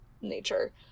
nature